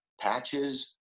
patches